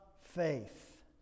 faith